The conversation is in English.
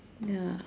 ya